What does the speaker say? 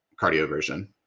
cardioversion